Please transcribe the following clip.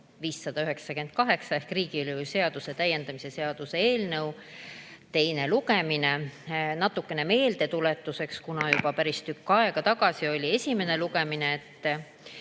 598 ehk riigilõivuseaduse täiendamise seaduse eelnõu. Teine lugemine. Natukene meeldetuletuseks, kuna juba päris tükk aega tagasi oli esimene lugemine.